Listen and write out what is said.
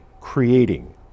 creating